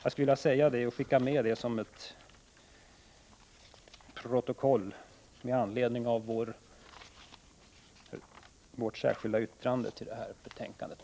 Jag skulle vilja skicka med detta med anledning av vårt särskilda yttrande i betänkandet.